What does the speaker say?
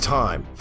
time